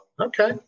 okay